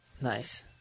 Nice